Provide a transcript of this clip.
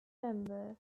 member